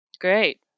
Great